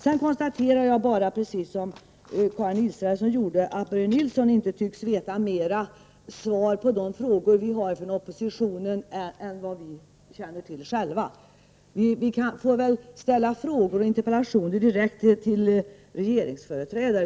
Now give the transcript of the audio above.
Sedan konstaterar jag bara, precis som Karin Israelsson gjorde, att Börje Nilsson inte tycks veta mer som svar på de frågor vi har från oppositionen än vad vi känner till själva. Vi får tydligen ställa frågor och interpellationer direkt till regeringsföreträdare.